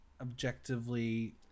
Objectively